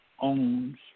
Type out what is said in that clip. Owns